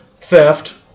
theft